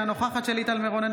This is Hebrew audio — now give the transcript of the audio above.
אינה נוכחת שלי טל מירון,